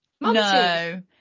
no